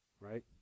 Right